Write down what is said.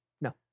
No